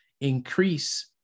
increase